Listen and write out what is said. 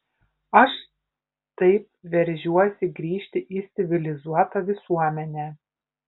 aš taip veržiuosi grįžti į civilizuotą visuomenę